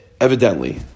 Evidently